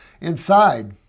Inside